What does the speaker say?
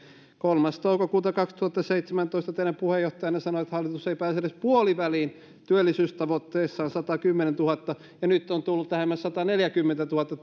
kolmas toukokuuta kaksituhattaseitsemäntoista teidän puheenjohtajanne sanoi että hallitus ei pääse edes puoliväliin työllisyystavoitteessaan satakymmentätuhatta ja nyt on tullut lähemmäs sataneljäkymmentätuhatta